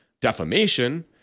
defamation